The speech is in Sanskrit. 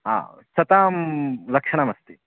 हा सतां लक्षणमस्ति